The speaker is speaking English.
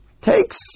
takes